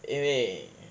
因为